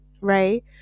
right